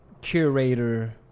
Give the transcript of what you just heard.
curator